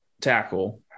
tackle